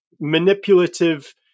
manipulative